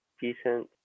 decent